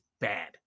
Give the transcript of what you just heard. bad